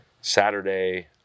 Saturday